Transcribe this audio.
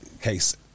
case